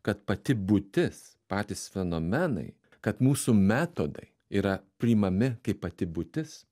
kad pati būtis patys fenomenai kad mūsų metodai yra priimami kaip pati būtis